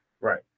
Right